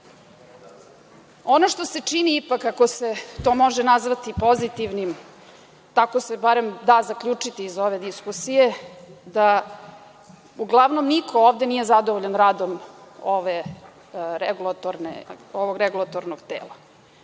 što se čini ipak, ako se to može nazvati pozitivnim, tako se barem da zaključiti iz ove diskusije, da uglavnom niko ovde nije zadovoljan radom ovog regulatornog tela.